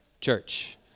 church